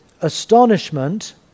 Astonishment